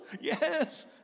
yes